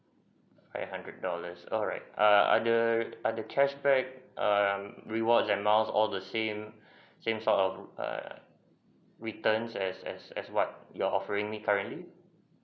five hundred dollars alright err other other cashback err rewards and miles all the same same or err return as as as what you're offering me currently